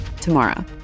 tomorrow